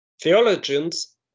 theologians